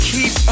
Keep